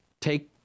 take